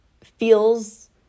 feels